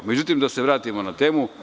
Međutim, da se vratimo na temu.